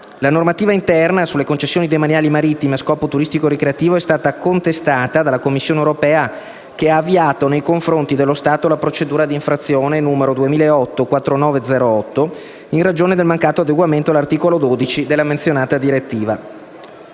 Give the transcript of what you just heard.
La normativa interna sulle concessioni demaniali marittime a scopo turistico-ricreativo è stata contestata dalla Commissione europea, che ha avviato nei confronti dello Stato la procedura di infrazione n. 2008/4908 in ragione del mancato adeguamento all'articolo 12 della menzionata direttiva.